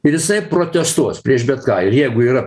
ir jisai protestuos prieš bet ką ir jeigu yra